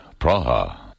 Praha